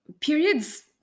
periods